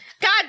God